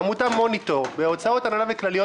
בעמותה מוניטור בהוצאות הנהלה וכלליות